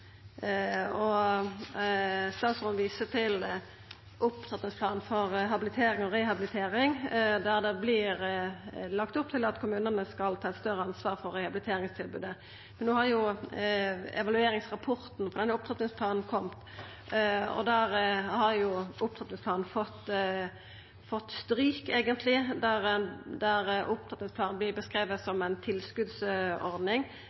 sitt. Statsråden viser til opptrappingsplanen for habilitering og rehabilitering, der det vert lagt opp til at kommunane skal ta eit større ansvar for rehabiliteringstilbodet. No har evalueringsrapporten for denne opptrappingsplanen kome, og der har eigentleg opptrappingsplanen fått stryk,